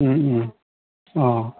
অ